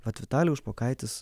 vat vitalijaus špokaitis